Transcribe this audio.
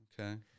okay